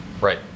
right